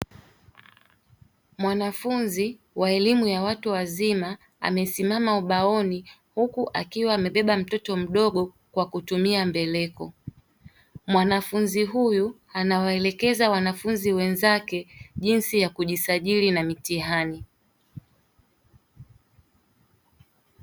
Mwanafunzi wa elimu ya watu wazima amesimama ubaoni, huku akiwa amebeba mtoto mdogo kwa akutumia mbeleko. Mwanafunzi huyu anawaelekeza wanafunzi wenzake jinsi ya kujisajili na mitihani.